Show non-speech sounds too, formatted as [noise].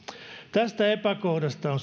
tästä epäkohdasta on [unintelligible]